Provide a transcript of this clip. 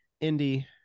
indy